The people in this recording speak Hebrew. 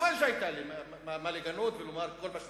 מובן שהיה לי מה לגנות ולומר כל מה שצריך.